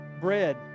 bread